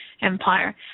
Empire